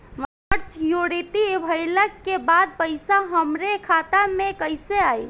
Maturity भईला के बाद पईसा हमरे खाता में कइसे आई?